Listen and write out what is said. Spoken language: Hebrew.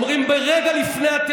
לא לפני אלפיים שנה, היום, היום.